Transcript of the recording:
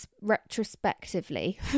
retrospectively